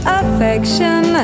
affection